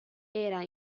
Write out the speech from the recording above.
era